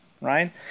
right